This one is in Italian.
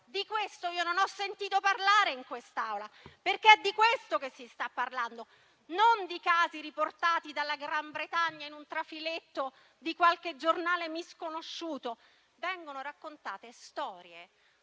Di questo io non ho sentito parlare in quest'Aula, perché è di questo che si sta discutendo, non dei casi riportati dalla Gran Bretagna in un trafiletto di qualche giornale misconosciuto. Vengono raccontate storie